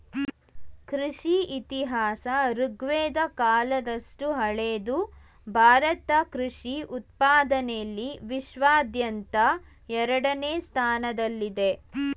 ಕೃಷಿ ಇತಿಹಾಸ ಋಗ್ವೇದ ಕಾಲದಷ್ಟು ಹಳೆದು ಭಾರತ ಕೃಷಿ ಉತ್ಪಾದನೆಲಿ ವಿಶ್ವಾದ್ಯಂತ ಎರಡನೇ ಸ್ಥಾನದಲ್ಲಿದೆ